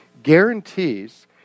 guarantees